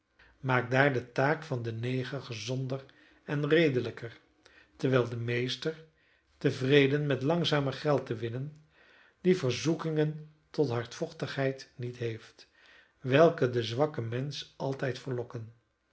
maakt daar de taak van den neger gezonder en redelijker terwijl de meester tevreden met langzamer geld te winnen die verzoekingen tot hardvochtigheid niet heeft welke den zwakken mensch altijd verlokken